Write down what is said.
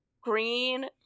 green